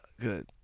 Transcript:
Good